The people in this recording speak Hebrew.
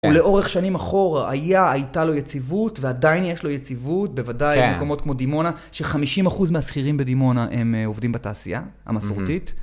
ולאורך שנים אחורה היה, הייתה לו יציבות, ועדיין יש לו יציבות, בוודאי במקומות כמו דימונה, ש-50% מהשכירים בדימונה הם עובדים בתעשייה המסורתית.